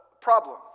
problem